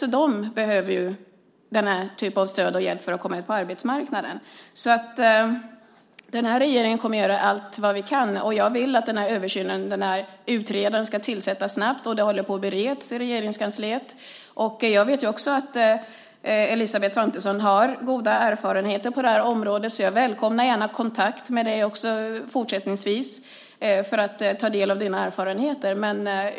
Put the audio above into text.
Även de behöver denna typ av stöd och hjälp för att komma ut på arbetsmarknaden. Regeringen kommer att göra allt vad den kan, och jag vill att utredaren ska tillsättas snabbt. Ärendet håller på att beredas i Regeringskansliet. Jag vet att Elisabeth Svantesson har goda erfarenheter på det här området och jag välkomnar kontakter med henne även fortsättningsvis just för att kunna ta del av hennes erfarenheter.